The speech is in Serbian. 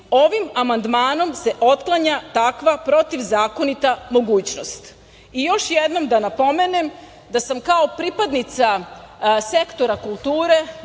ovim amandmanom se otklanja takva protivzakonita mogućnost. Još jednom da napomenem da sam kao pripadnica sektora kulture